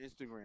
Instagram